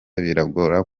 biragora